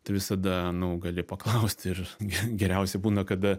tai visada nu gali paklausti ir geriausiai būna kad